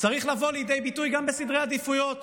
צריך לבוא לידי ביטוי גם בסדרי העדיפויות.